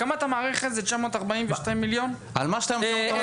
הקמת המערכת 942 אלף שקלים?